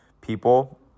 people